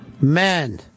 Man